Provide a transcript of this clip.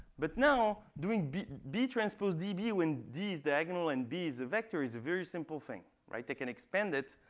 but now, doing b b transpose db when d is diagonal and b is a vector is a very simple thing. i can expand it.